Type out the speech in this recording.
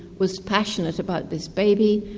was passionate about this baby,